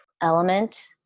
element